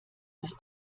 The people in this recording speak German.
das